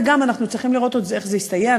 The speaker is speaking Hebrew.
ואנחנו גם עוד צריכים לראות איך זה יסתייע.